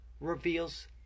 reveals